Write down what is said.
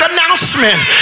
announcement